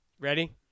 Ready